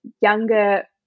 younger